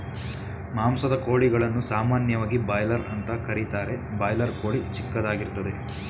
ಮಾಂಸದ ಕೋಳಿಗಳನ್ನು ಸಾಮಾನ್ಯವಾಗಿ ಬಾಯ್ಲರ್ ಅಂತ ಕರೀತಾರೆ ಬಾಯ್ಲರ್ ಕೋಳಿ ಚಿಕ್ಕದಾಗಿರ್ತದೆ